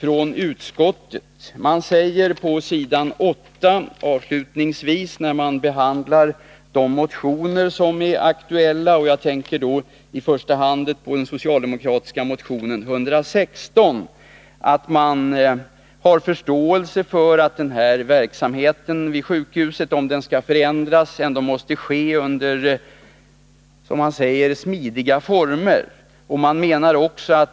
På s. 8 säger utskottet avslutningsvis beträffande de aktuella motionerna — jag tänker i första hand på den socialdemokratiska motionen 116 — att man har förståelse för att förändringen av verksamheten vid sjukhuset måste ske under smidiga former.